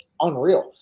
unreal